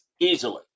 Easily